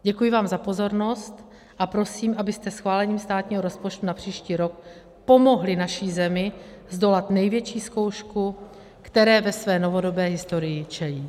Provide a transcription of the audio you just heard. Děkuji vám za pozornost a prosím, abyste schválením státního rozpočtu na příští rok pomohli naší zemi zdolat největší zkoušku, které ve své novodobé historii čelí.